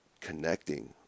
connecting